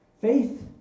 Faith